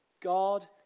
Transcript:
God